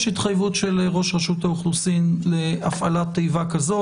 יש התחייבות של ראש רשות האוכלוסין להפעלת תיבה כזאת.